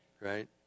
Right